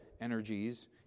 energies